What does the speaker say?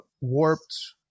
warped